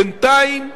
בינתיים,